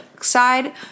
side